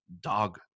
dog